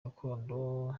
gakondo